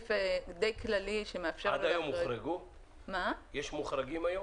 סעיף די כללי שמאפשר --- יש מוחרגים היום?